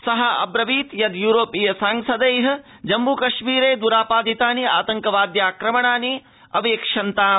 सः अब्रतीत् यद् यूरोपीयसांसदैः जम्म् कश्मीरे द्रापादितानि आतंकवाद्याक्रमणानि अवेक्ष्यन्तमाम्